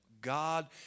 God